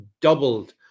doubled